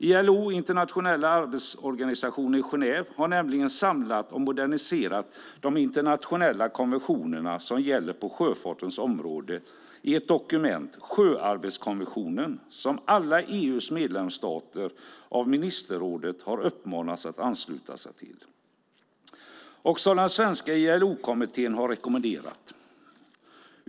ILO, Internationella arbetsorganisationen i Genève, har nämligen samlat och moderniserat de internationella konventioner som gäller på sjöfartens område i ett dokument, sjöarbetskonventionen, som ministerrådet har uppmanat alla EU:s medlemsstater att ansluta sig till och som den svenska ILO-kommittén har rekommenderat.